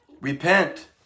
Repent